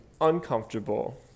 uncomfortable